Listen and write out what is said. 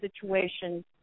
situation